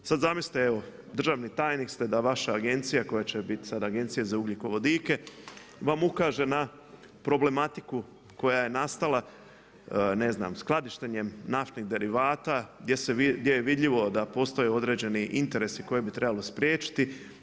Sada zamislite evo državni tajnik ste da vaša agencija koja će biti sada Agencija za ugljikovodike vam ukaže na problematiku koja je nastala ne znam skladištenjem naftnih derivata gdje je vidljivo da postoji određeni interesi koje bi trebalo spriječiti.